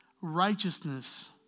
righteousness